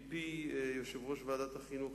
או נשמע מפי יושב-ראש ועדת החינוך,